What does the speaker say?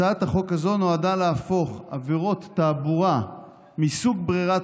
הצעת החוק הזו נועדה להפוך עבירות תעבורה מסוג ברירת